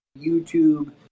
YouTube